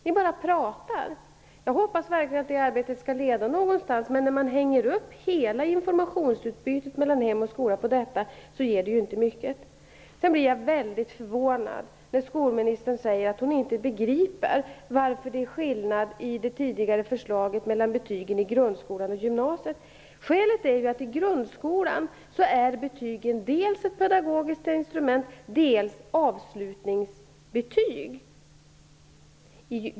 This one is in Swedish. Ni bara pratar. Jag hoppas verkligen att det här arbetet leder någon vart. Men när man hänger upp hela informationsutbytet mellan hem och skola på detta, så ger det inte mycket. Jag blev väldigt förvånad över att höra skolministern säga att hon inte begriper varför det i det tidigare förslaget är en skillnad mellan betygen i grundskolan och på gymnasiet. Skälet är ju att i grundskolan är betyget dels ett pedagogiskt instrument, dels avslutningsbetyg.